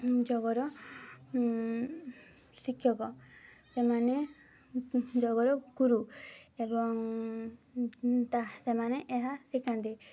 ଯୋଗର ଶିକ୍ଷକ ସେମାନେ ଯୋଗର ଗୁରୁ ଏବଂ ତାହା ସେମାନେ ଏହା ଶିଖାନ୍ତି